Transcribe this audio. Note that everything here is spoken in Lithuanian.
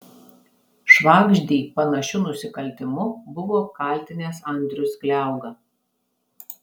švagždį panašiu nusikaltimu buvo apkaltinęs andrius kliauga